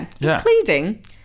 Including